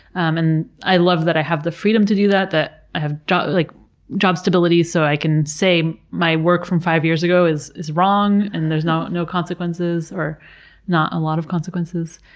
um and i love that i have the freedom to do that, that i have job like job stability so i can say, my work from five years ago is is wrong, and there's no consequences, or not a lot of consequences.